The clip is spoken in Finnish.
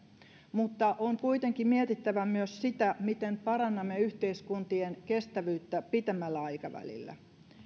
mutta on kuitenkin mietittävä myös sitä miten parannamme yhteiskuntien kestävyyttä pitemmällä aikavälillä